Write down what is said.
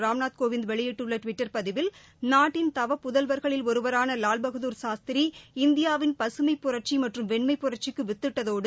ராம்நாத் கோவிந்த் வெளியிட்டுள்ள டுவிட்டர் பதிவில் நாட்டின் தவப்புதல்வர்களில் ஒருவரான லாவ்பகதூர் சாஸ்திரி இந்தியாவின் பகமைப் புரட்சி மற்றும் வெண்மைப் புரட்சிக்கு வித்திட்டதோடு